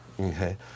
Okay